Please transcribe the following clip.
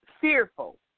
fearful